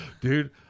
Dude